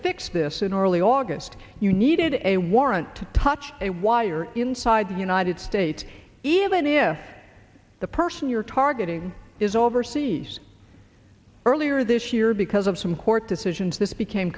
fix this in our early august you needed a warrant to touch a wire inside the united states even if the person you're targeting is overseas earlier this year because of some court decisions this became